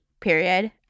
period